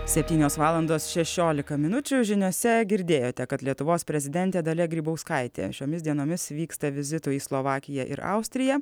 septynios valandos šešiolika minučių žiniose girdėjote kad lietuvos prezidentė dalia grybauskaitė šiomis dienomis vyksta vizito į slovakiją ir austriją